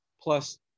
plus